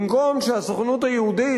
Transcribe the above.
במקום שהסוכנות היהודית,